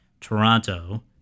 Toronto